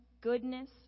goodness